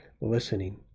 listening